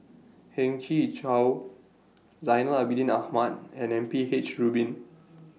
Heng Chee How Zainal Abidin Ahmad and M P H Rubin